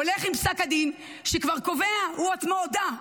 הולך עם פסק הדין, שכבר קובע, הוא עצמו הודה.